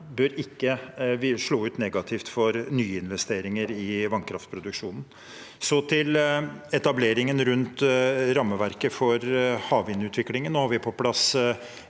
bør ikke slå negativt ut for nyinvesteringer i vannkraftproduksjonen. Så til etableringen av rammeverket for havvindutviklingen: Nå har vi fått på plass